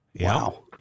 Wow